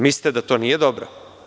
Mislite da to nije dobro?